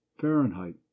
Fahrenheit